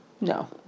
no